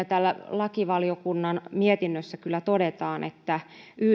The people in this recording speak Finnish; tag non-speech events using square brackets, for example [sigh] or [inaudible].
[unintelligible] täällä lakivaliokunnan mietinnössä kyllä todetaan että